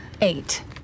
eight